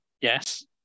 Yes